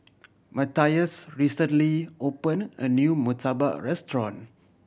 Matthias recently opened a new murtabak restaurant